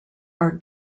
are